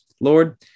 Lord